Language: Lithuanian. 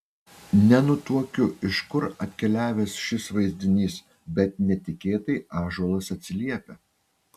nenutuokiu iš kur atkeliavęs šis vaizdinys bet netikėtai ąžuolas atsiliepia